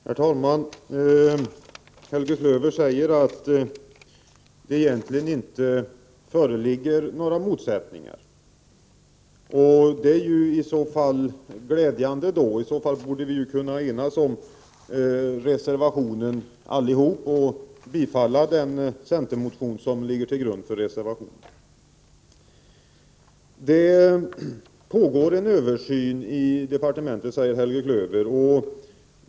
Herr talman! Helge Klöver säger att det egentligen inte föreligger några motsättningar. Det är i så fall glädjande. Då borde vi kunna enas om reservationen allesammans och bifalla den centermotion som ligger till grund för reservationen. Det pågår en översyn i departementet, säger Helge Klöver.